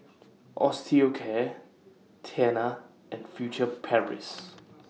Osteocare Tena and Furtere Paris